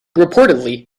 reportedly